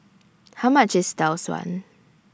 How much IS Tau Suan